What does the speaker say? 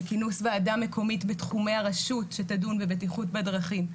בכינוס ועדה מקומית בתחומי הרשות שתדון בבטיחות בדרכים,